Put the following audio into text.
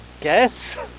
guess